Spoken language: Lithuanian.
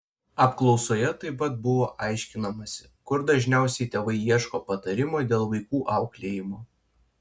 apklausoje taip pat buvo aiškinamasi kur dažniausiai tėvai ieško patarimo dėl vaikų auklėjimo